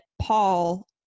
Paul